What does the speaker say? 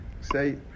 say